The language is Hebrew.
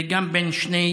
וגם בין שני